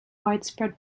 widespread